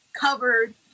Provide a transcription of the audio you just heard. covered